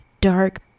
dark